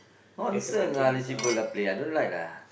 nonsense lah these people ah play I don't like lah